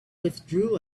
withdrew